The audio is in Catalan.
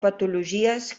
patologies